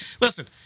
listen